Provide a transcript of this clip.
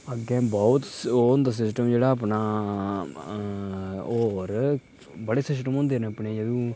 अग्गें बहुत ओह् होंदा सिस्टम जेह्ड़ा अपना होर बड़े सिस्टम होंदे न अपने जेह्ड़े हुन